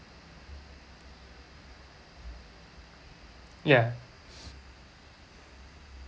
ya